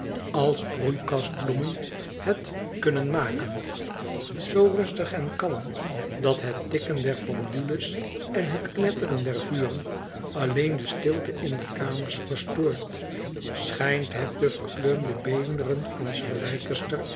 als broeikasbloemen het kunnen maken zoo rustig en kalm dat het tikken der pendule's en het knetteren der vuren alleen de stilte in de kamers verstoort schijnt het de verkleumde beenderen van sir